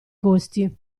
costi